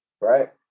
Right